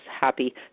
happy